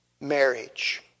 marriage